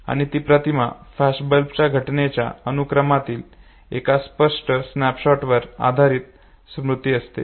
आणि जी प्रतिमा फ्लॅशबल्बच्या घटनेच्या अनुक्रमातील एका स्पष्ट स्नॅपशॉटवर आधारित स्मृती असते